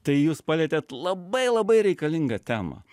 tai jūs palietėt labai labai reikalingą temą